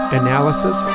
analysis